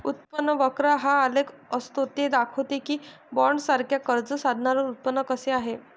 उत्पन्न वक्र हा आलेख असतो ते दाखवते की बॉण्ड्ससारख्या कर्ज साधनांवर उत्पन्न कसे आहे